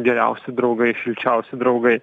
geriausi draugai šilčiausi draugai